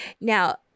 Now